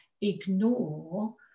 ignore